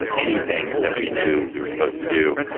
anything that we knew we were supposed to do.